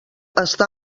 està